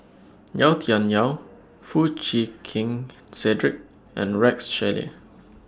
Yau Tian Yau Foo Chee Keng Cedric and Rex Shelley